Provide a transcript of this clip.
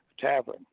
Tavern